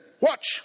watch